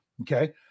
Okay